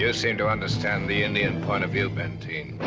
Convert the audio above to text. yeah seem to understand the indian point of view, benteen?